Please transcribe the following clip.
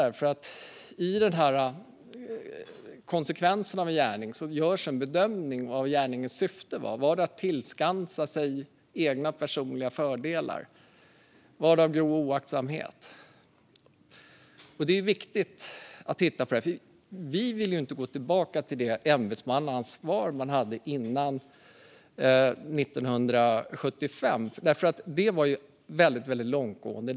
När man avgör konsekvensen av en gärning görs en bedömning av gärningens syfte: Handlade det om att skaffa sig personliga fördelar? Handlade det om grov oaktsamhet? Det är viktigt att titta på detta. Vi vill inte gå tillbaka till det ämbetsmannaansvar som fanns före 1975. Det var ju väldigt långtgående.